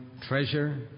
treasure